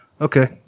Okay